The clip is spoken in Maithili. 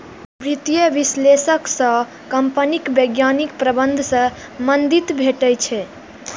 वित्तीय विश्लेषक सं कंपनीक वैज्ञानिक प्रबंधन मे मदति भेटै छै